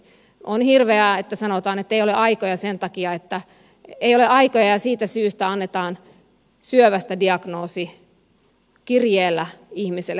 on hirveää että sanotaan ettei ole aikaa sen takia että ei ole aikoja ja siitä syystä annetaan syövästä diagnoosi kirjeellä ihmiselle kotiin